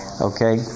Okay